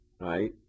right